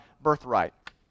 birthright